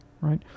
right